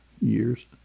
years